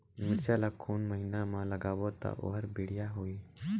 मिरचा ला कोन महीना मा लगाबो ता ओहार बेडिया होही?